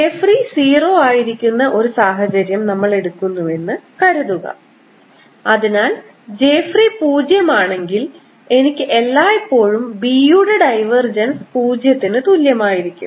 j free 0 ആയിരിക്കുന്ന ഒരു സാഹചര്യം നമ്മൾ എടുക്കുന്നുവെന്ന് കരുതുക അതിനാൽ j free പൂജ്യമാണെങ്കിൽ എനിക്ക് എല്ലായ്പ്പോഴും B യുടെ ഡൈവർജൻസ് പൂജ്യത്തിന് തുല്യമായിരിക്കും